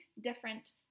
different